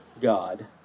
God